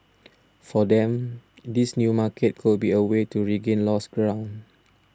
for them this new market could be a way to regain lost ground